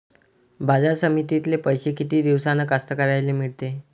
बाजार समितीतले पैशे किती दिवसानं कास्तकाराइले मिळते?